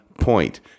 point